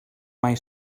mai